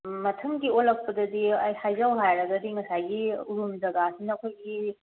ꯃꯊꯪꯒꯤ ꯑꯣꯜꯂꯛꯄꯗꯗꯤ ꯑꯩ ꯍꯥꯏꯖꯧ ꯍꯥꯏꯔꯒꯗꯤ ꯉꯁꯥꯏꯒꯤ ꯎꯔꯨꯝ ꯖꯒꯥꯁꯤꯅ ꯑꯩꯈꯣꯏꯒꯤ